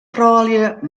froulju